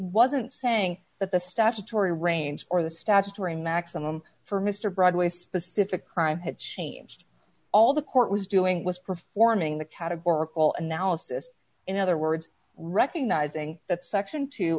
wasn't saying that the statutory range or the statutory maximum for mr broadway specific crime had changed all the court was doing was performing the categorical analysis in other words recognizing that section t